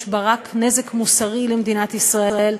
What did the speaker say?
יש בה רק נזק מוסרי למדינת ישראל,